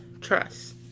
trust